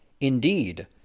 Indeed